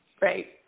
Great